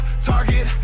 target